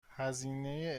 هزینه